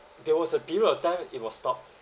there was a period of time it was stopped